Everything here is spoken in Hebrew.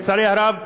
לצערי הרב,